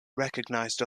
recognised